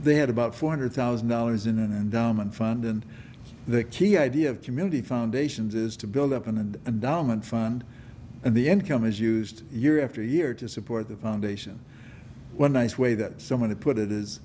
they had about four hundred thousand dollars in an endowment fund and the key idea of community foundations is to build up and down and fund and the income is used year after year to support the foundation one nice way that someone to put it is